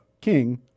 king